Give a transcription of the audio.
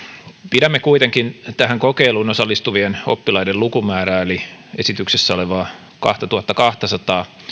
pidämme tähän kokeiluun osallistuvien oppilaiden lukumäärää eli esityksessä olevaa kahtatuhattakahtasataa kuitenkin